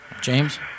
James